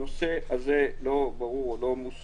הנושא הזה, לא מוסדר.